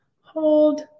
hold